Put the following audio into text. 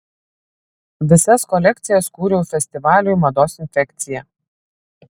visas kolekcijas kūriau festivaliui mados infekcija